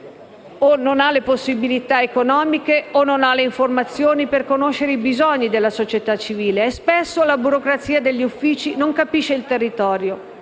o non ha le possibilità economiche, o non ha le informazioni per conoscere i bisogni della società civile, e spesso la burocrazia degli uffici non capisce il territorio.